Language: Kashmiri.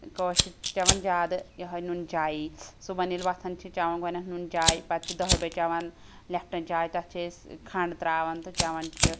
ٲں کٲشِرۍ چھِ چیٚوان زیٛادٕ یہٲے نُن چایی صُبحَن ییٚلہِ وۄتھان چھِ چیٚوان گۄڈٕنیٚتھ نون چاے پَتہٕ چھِ دَہہِ بجہِ چیٚوان لیٚپٹَن چاے تتھ چھِ أسۍ ٲں کھَنڈ ترٛاوان تہٕ چیٚوان چھِ